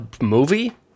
movie